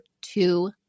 two